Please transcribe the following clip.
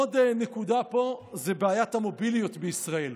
עוד נקודה היא בעיית המוביליות בישראל.